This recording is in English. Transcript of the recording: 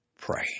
pray